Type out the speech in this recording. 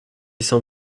san